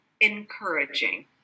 encouraging